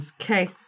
Okay